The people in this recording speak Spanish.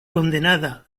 condenada